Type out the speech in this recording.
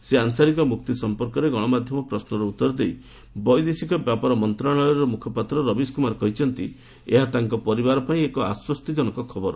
ଶ୍ରୀ ଅନ୍ସାରୀଙ୍କ ମୁକ୍ତି ସଂପର୍କରେ ଗଣମାଧ୍ୟମର ପ୍ରଶ୍ୱର ଉତ୍ତର ଦେଇ ବୈଦେଶିକ ବ୍ୟାପାର ମନ୍ତ୍ରଣାଳୟ ମୁଖପାତ୍ର ରବିଶ କୁମାର କହିଛନ୍ତି ଏହା ତାଙ୍କ ପରିବାର ପାଇଁ ଏକ ଆଶ୍ୱସ୍ତିଜନକ ଖବର